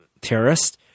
terrorist